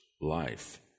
life